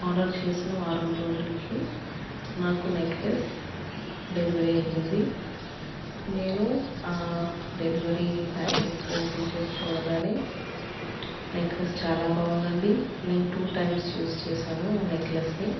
order చేసిన వారం రోజులకి నాకు నెక్లెస్ డెలివరీ అయ్యింది నేను డెలివరీ ప్యాకెట్ ఓపెన్ చేసి చూడగా నెక్లెస్ చాలా బాగుంది అండి నేను టూ టైమ్స్ యూజ్ చేసాను నెక్లెస్ని